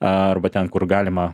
arba ten kur galima